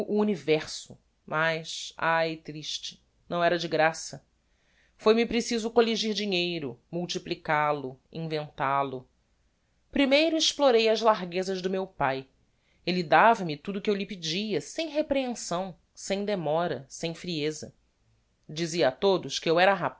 universo mas ai triste não o era de graça foi-me preciso colligir dinheiro multiplical o invental o primeiro explorei as larguezas de meu pae elle dava-me tudo o que eu lhe pedia sem reprehensão sem demora sem frieza dizia a todos que eu era